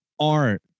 art